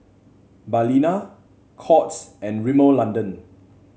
Balina Courts and Rimmel London